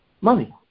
Money